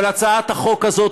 אבל הצעת החוק הזאת,